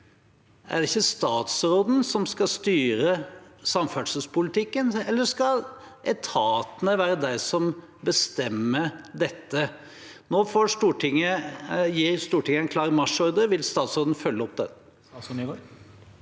Er det ikke statsråden som skal styre samferdselspolitikken? Eller skal det være etatene som bestemmer dette? Nå gir Stortinget en klar marsjordre, så vil statsråden følge den